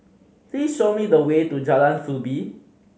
please show me the way to Jalan Soo Bee